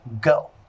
go